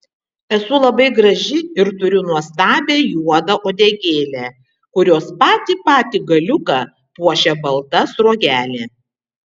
esu labai graži ir turiu nuostabią juodą uodegėlę kurios patį patį galiuką puošia balta sruogelė